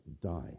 die